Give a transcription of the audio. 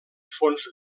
fons